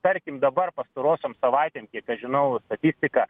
tarkim dabar pastarosiom savaitėm kiek aš žinau statistiką